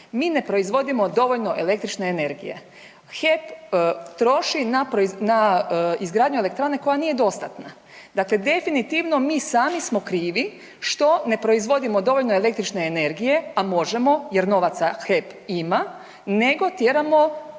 mi ne proizvodimo dovoljno električne energije. HEP troši na izgradnju elektrane koja nije dostatna. Dakle, definitivno mi sami smo krivi što ne proizvodimo dovoljno električne energije a možemo jer novaca HEP ima, nego tjeramo